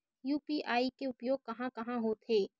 UPI के उपयोग कहां कहा होथे?